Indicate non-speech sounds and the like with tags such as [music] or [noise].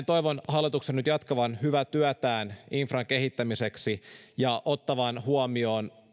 [unintelligible] toivon hallituksen nyt jatkavan hyvää työtään infran kehittämiseksi ja ottavan huomioon